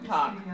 Talk